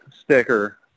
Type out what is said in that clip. sticker